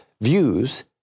views